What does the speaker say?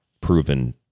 proven